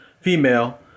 female